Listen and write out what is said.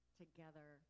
together